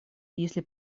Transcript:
если